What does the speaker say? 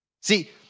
See